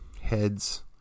heads